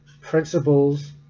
principles